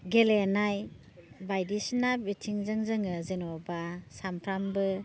गेलेनाय बायदिसिना बिथिंजों जोङो जेन'बा सामफ्रामबो